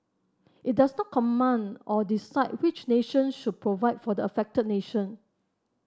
it does not command or decide which nations should provide for the affected nation